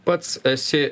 pats esi